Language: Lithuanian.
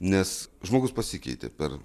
nes žmogus pasikeitė per